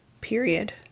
period